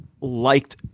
liked